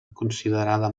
considerada